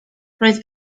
roedd